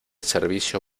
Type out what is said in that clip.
servicio